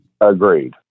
Agreed